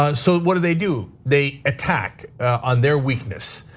ah so what do they do they attack on their weakness.